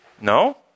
No